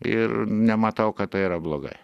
ir nematau kad tai yra blogai